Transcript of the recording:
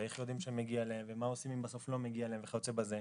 איך יודעים שמגיע להם ומה עושים אם בסוף לא מגיע להם וכיוצא בזה,